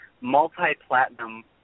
multi-platinum